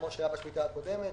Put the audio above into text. כפי שהיה בשמיטה הקודמת.